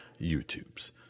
YouTube's